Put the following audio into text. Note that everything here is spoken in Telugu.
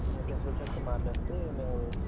ప్రిన్సిపాల్ సార్ తో మాట్లాడితే మీరు